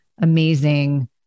amazing